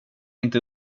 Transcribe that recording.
inte